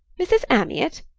mrs. amyot?